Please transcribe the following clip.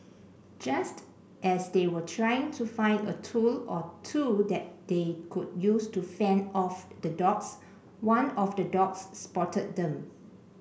just as they were trying to find a tool or two that they could use to fend off the dogs one of the dogs spotted them